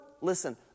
listen